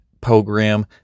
program